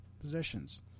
positions